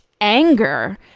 anger